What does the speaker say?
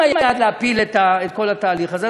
אם היעד הוא להפיל את כל התהליך הזה,